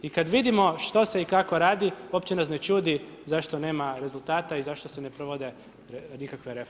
I kad vidimo što se i kako radi, uopće nas ne čudi zašto nema rezultata i zašto se ne provode nikakve reforme.